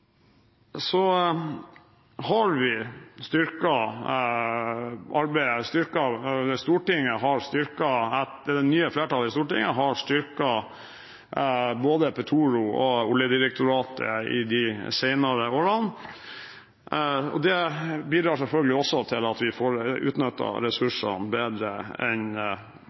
Det nye flertallet i Stortinget har styrket både Petoro og Oljedirektoratet i de senere årene. Det bidrar selvfølgelig til at vi får utnyttet ressursene bedre